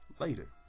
later